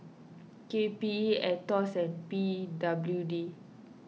K P E Aetos P W D